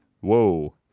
Whoa